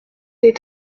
est